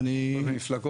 אני תמיד